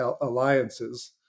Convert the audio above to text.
alliances